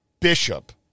Bishop